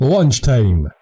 Lunchtime